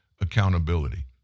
accountability